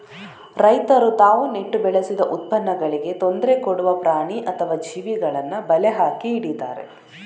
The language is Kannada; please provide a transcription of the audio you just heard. ರೈತರು ತಾವು ನೆಟ್ಟು ಬೆಳೆಸಿದ ಉತ್ಪನ್ನಗಳಿಗೆ ತೊಂದ್ರೆ ಕೊಡುವ ಪ್ರಾಣಿ ಅಥವಾ ಜೀವಿಗಳನ್ನ ಬಲೆ ಹಾಕಿ ಹಿಡೀತಾರೆ